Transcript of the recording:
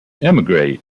emigrate